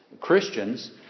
Christians